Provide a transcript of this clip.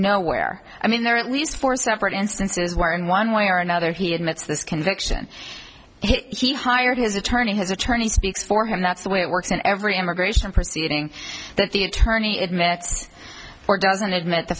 nowhere i mean there are at least four separate instances where in one way or another he admits this conviction he hired his attorney his attorney speaks for him that's the way it works in every immigration proceeding that the attorney admits or doesn't admit the